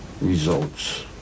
results